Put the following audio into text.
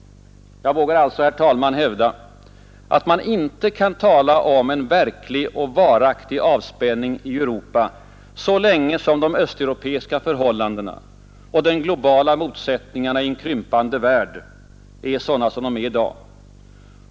Jag vågar därför, herr talman, hävda att man inte kan tala om en verklig och varaktig avspänning i Europa, så länge de östeuropeiska förhållandena och de globala motsättningarna i en krympande värld är sådana som de är i dag.